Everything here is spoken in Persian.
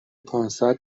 پانصد